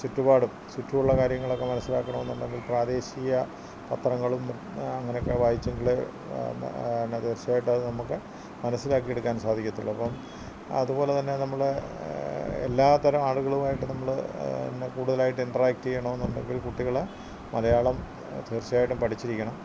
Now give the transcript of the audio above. ചുറ്റുപാടും ചുറ്റുമുള്ള കാര്യങ്ങളൊക്കെ മനസ്സിലാക്കണോന്നുണ്ടെങ്കിൽ പ്രാദേശീയ പത്രങ്ങളും അങ്ങനൊക്കെ വായിച്ചെങ്കിലേ എന്നാ തീർച്ചയായിട്ടും അത് നമുക്ക് മനസ്സിലാക്കിയെടുക്കാൻ സാധിക്കത്തുള്ളു അപ്പോള് അതുപോലെതന്നെ നമ്മള് എല്ലാത്തരം ആളുകളുമായിട്ട് നമ്മള് കൂടുതലായിട്ട് ഇൻട്രാക്റ്റെയ്യണോന്നുണ്ടെങ്കിൽ കുട്ടികള് മലയാളം തീർച്ചയായിട്ടും പഠിച്ചിരിക്കണം